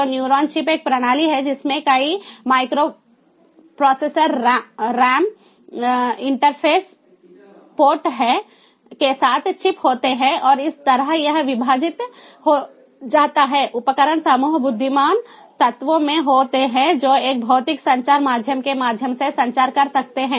तो neuron chip एक प्रणाली है जिसमें कई microprocessor RAM ROM I O interface port के साथ चिप होती है और इस तरह यह विभाजित हो जाता है उपकरण समूह बुद्धिमान तत्वों में होते हैं जो एक भौतिक संचार माध्यम के माध्यम से संचार कर सकते हैं